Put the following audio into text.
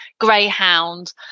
greyhound